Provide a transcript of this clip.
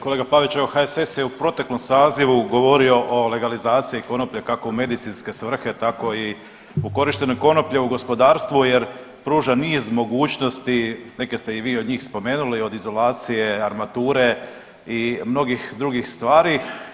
Kolega Paviću evo HSS je u proteklom sazivu govorio o legalizaciji konoplje kako u medicinske svrhe tako i u korištenju konoplje u gospodarstvu jer pruža niz mogućnosti, neke ste i vi od njih spomenuli od izolacije, armature i mnogih drugih stvari.